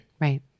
Right